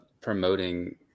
promoting